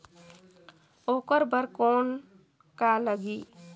ओकर बर कौन का लगी?